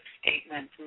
statement